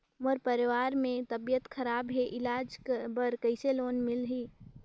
मोर परवार मे तबियत खराब हे इलाज बर कइसे लोन मिलही?